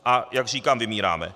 A jak říkám, vymíráme.